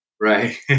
Right